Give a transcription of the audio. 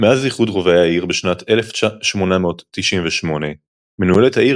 מאז איחוד רובעי העיר בשנת 1898 מנוהלת העיר